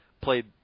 played